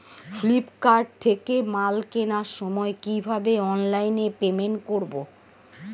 Flipkart থেকে মাল কেনার সময় কিভাবে অনলাইনে পেমেন্ট করব?